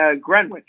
Greenwich